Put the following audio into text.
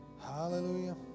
Hallelujah